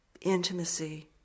intimacy